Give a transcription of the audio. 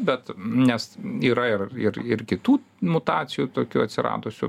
bet nes yra ir ir ir kitų mutacijų tokių atsiradusių